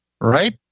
right